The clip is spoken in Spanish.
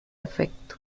afecto